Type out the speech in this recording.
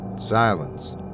Silence